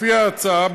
לפי ההצעה,